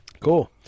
cool